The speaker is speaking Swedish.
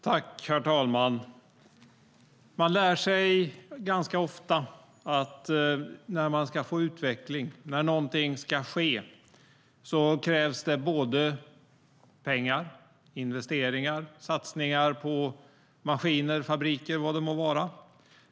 Herr talman! Man lär sig ganska ofta att när man ska få utveckling, när någonting ska ske, krävs det pengar, investeringar, satsningar på maskiner, fabriker och vad det må vara.